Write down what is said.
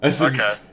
Okay